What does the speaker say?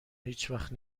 هیچوقت